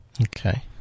Okay